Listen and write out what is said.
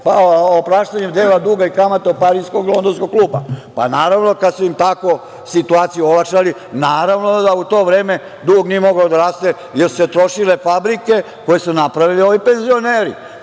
pa opraštanje dela duga i kamate od pariskog i londonskog kluba. Pa, naravno kada su im tako situaciju olakšali, naravno da to u vreme dug nije mogao da raste, jer su se trošile fabrike koje su napravili penzioneri.